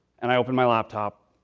and i open my laptop.